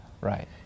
Right